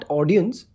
audience